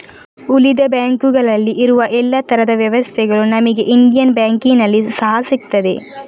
ಉಳಿದ ಬ್ಯಾಂಕುಗಳಲ್ಲಿ ಇರುವ ಎಲ್ಲಾ ತರದ ವ್ಯವಸ್ಥೆಗಳು ನಮಿಗೆ ಇಂಡಿಯನ್ ಬ್ಯಾಂಕಿನಲ್ಲಿ ಸಹಾ ಸಿಗ್ತದೆ